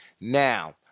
Now